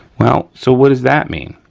well, so what does that mean?